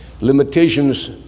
Limitations